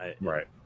Right